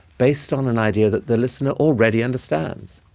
based on an idea that the listener already understands.